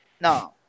no